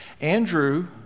Andrew